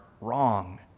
wrong